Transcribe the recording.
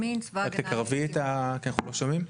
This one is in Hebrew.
רק תקרבי את המיקרופון, כי אנחנו לא כל כך שומעים.